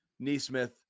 Neesmith